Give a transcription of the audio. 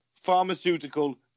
Pharmaceutical